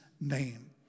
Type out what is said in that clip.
name